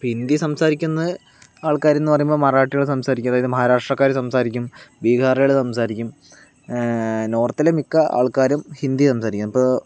ഇപ്പം ഹിന്ദി സംസാരിക്കുന്ന ആൾക്കാര്ന്ന് പറയുമ്പോൾ മറാഠികൾ സംസാരിക്കും അതായത് മഹാരാഷ്ട്രക്കാര് സംസാരിക്കും ബീഹാറികൾ സംസാരിക്കും നോർത്തിലെ മിക്ക ആൾക്കാരും ഹിന്ദി സംസാരിക്കും ഇപ്പം